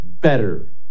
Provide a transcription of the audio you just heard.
better